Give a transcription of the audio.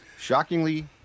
Shockingly